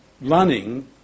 running